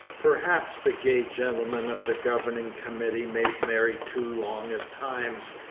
perhaps the gay gentlemen of the governing committee made merry too long at times,